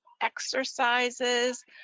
exercises